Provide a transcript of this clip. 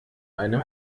einem